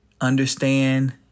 Understand